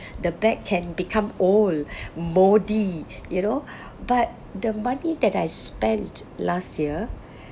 the bag can become old mouldy you know but the money that I spent last year